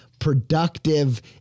Productive